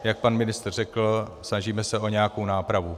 Jak pan ministr řekl, snažíme se o nějakou nápravu.